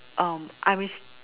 um I with